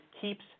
keeps